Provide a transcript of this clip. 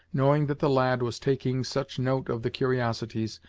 knowing that the lad was taking such note of the curiosities,